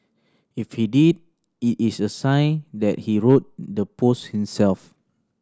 if he did it is a sign that he wrote the post himself